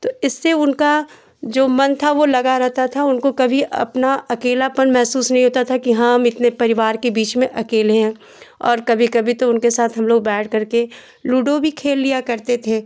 तो इससे उनका जो मन था वह लगा रहता था उनको कभी अपना अकेलापन महसूस नहीं होता था कि हाँ हम इतने परिवार के बीच में अकेले हैं और कभी कभी तो उनके साथ हमलोग बैठ करके लूडो भी खेल लिया करते थे